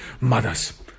mothers